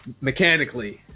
Mechanically